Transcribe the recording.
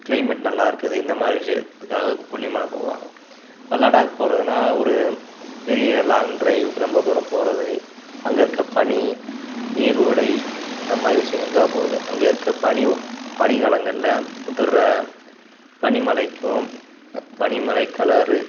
climate நல்லா இருக்குது இந்த மாதிரி விஷயத்துக்காக கொல்லிமலை போவாங்க இப்போ லடாக் போகிறதுன்னா ஒரு பெரிய லாங் டிரைவ் ரொம்ப தூரம் போகிறது அங்கே இருக்கற பனி நீர் ஓடை இந்த மாதிரி விஷயங்களுக்காக போகிறது அங்கே இருக்கற பனி பனி காலங்களில் உதிர்கிற பனி மலைக்கும் பனி மலை கலரு